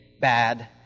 bad